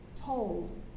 told